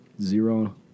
zero